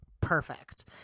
Perfect